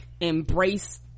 embrace